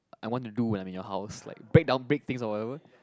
I want to do when I'm in your house like break down break things or whatever